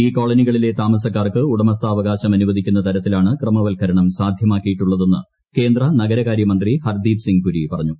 ഈ കോളനികളിലെ താമസക്കാർക്ക് ഉടമസ്ഥാവകാശം അനുവദിക്കുന്ന തരത്തിലാണ് ക്രമവൽക്കരണം സാധ്യമാക്കിയിട്ടുള്ളതെന്ന് കേന്ദ്ര നഗരകാര്യ മന്ത്രി ഹർദീപ് സിംഗ് പുരി പറഞ്ഞു